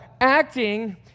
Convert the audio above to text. Acting